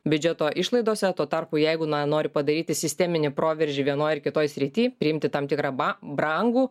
biudžeto išlaidose tuo tarpu jeigu nori padaryti sisteminį proveržį vienoj ar kitoj srity priimti tam tikrą ba brangų